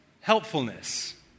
helpfulness